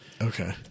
Okay